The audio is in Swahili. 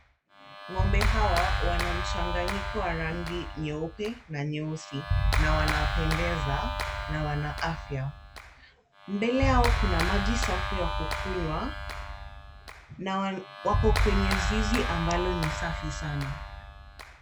Ng'ombe hawa wana mchanganyiko wa rangi nyeupe na nyeusi na wanapendeza na wana afya. Mbele yao kuna maji safi ya kukunywa na wako kwenye zizi ambalo ni safi sana.